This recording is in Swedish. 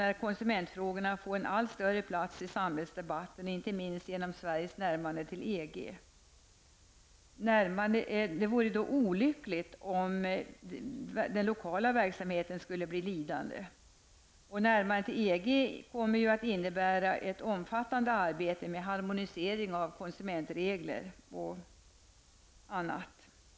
När konsumentfrågorna får en allt större plats i samhällsdebatten, inte minst genom Sveriges närmande till EG, vore det olyckligt om den lokala verksamheten blir lidande. Ett närmande till EG kommer att innebära ett omfattande arbete med harmonisering av konsumentregler.